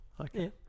Okay